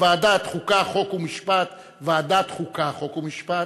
ועדת החוקה, חוק ומשפט "ועדת החוקה, חוק ומשפט",